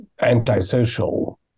antisocial